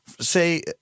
Say